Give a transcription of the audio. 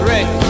Rick